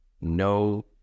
no